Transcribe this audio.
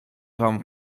wam